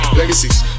legacies